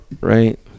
Right